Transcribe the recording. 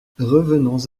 revenons